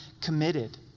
committed